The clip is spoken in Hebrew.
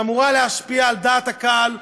ואמורה להשפיע על דעת הקהל,